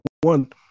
one